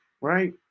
right